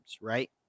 right